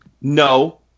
No